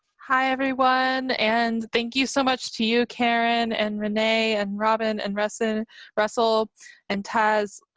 hi everyone and thank you so much to you karen, and renee and robin and russell and russell and taz.